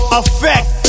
effect